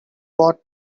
brought